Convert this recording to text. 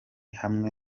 hamwe